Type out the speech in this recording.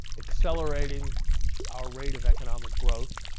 accelerating our rate of economic growth,